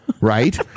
right